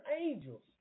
angels